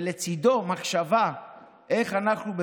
ולצידו מחשבה איך אנחנו,